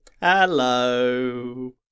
Hello